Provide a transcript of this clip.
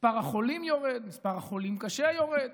מספר החולים יורד, מספר החולים קשה יורד,